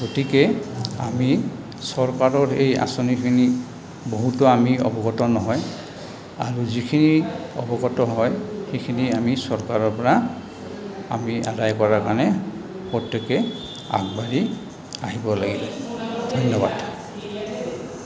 গতিকে আমি চৰকাৰৰ এই আঁচনিখিনি বহুতো আমি অৱগত নহয় আৰু যিখিনি অৱগত হয় সেইখিনি আমি চৰকাৰৰ পৰা আমি আদায় কৰাৰ কাৰণে প্ৰত্যেকে আগবাঢ়ি আহিব লাগিব ধন্যবাদ